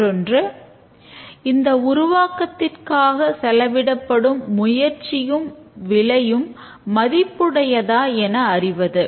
மற்றொன்று இந்த உருவாக்கத்திற்காக செலவிடப்படும் முயற்சியும் விலையும் மதிப்புடையதா என அறிவது